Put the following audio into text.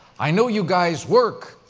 i know you guys work,